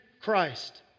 Christ